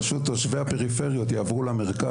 פשוט תושבי הפריפריות יעבור למרכז,